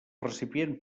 recipient